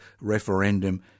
referendum